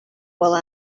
will